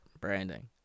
branding